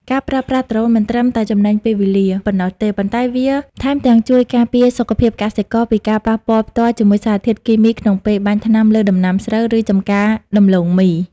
ការប្រើប្រាស់ដ្រូនមិនត្រឹមតែចំណេញពេលវេលាប៉ុណ្ណោះទេ ប៉ុន្តែវាថែមទាំងជួយការពារសុខភាពកសិករពីការប៉ះពាល់ផ្ទាល់ជាមួយសារធាតុគីមីក្នុងពេលបាញ់ថ្នាំលើដំណាំស្រូវ ឬចម្ការដំឡូងមី។